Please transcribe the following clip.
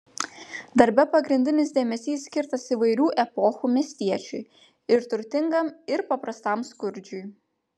darbe pagrindinis dėmesys skirtas įvairių epochų miestiečiui ir turtingam ir paprastam skurdžiui